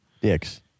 Dicks